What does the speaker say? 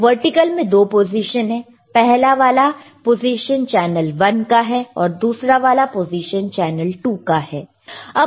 तो वर्टिकल में दो पोजीशन है पहला वाला पोजीशन चैनल 1 का है और दूसरा वाला पोजीशन चैनल 2 का है